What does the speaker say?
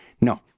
No